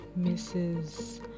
Mrs